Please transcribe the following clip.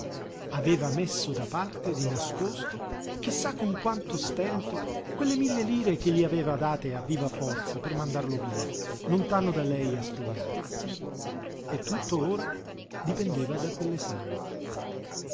aveva messo da parte di nascosto chi sa con quanto stento quelle mille lire che gli aveva date a viva forza per mandarlo via lontano da lei a studiare e tutto ora dipendeva da